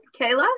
Kayla